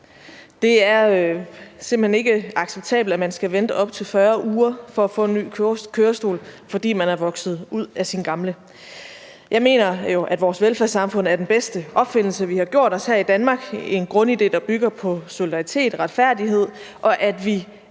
hen ikke acceptabelt, at man skal vente op til 40 uger på at få en ny kørestol, fordi man er vokset ud af sin gamle. Jeg mener jo, at vores velfærdssamfund er den bedste opfindelse, vi har gjort, her i Danmark. Det er en grundidé, der bygger på solidaritet, retfærdighed, og at vi